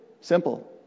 Simple